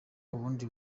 ubundi